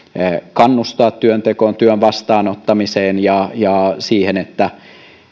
kannustaa työntekoon työn vastaanottamiseen ja ja siihen että